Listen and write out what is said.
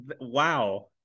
Wow